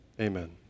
Amen